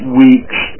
week's